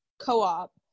co-op